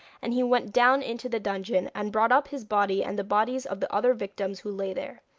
and he went down into the dungeon, and brought up his body and the bodies of the other victims who lay there,